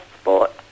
sport